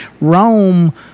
Rome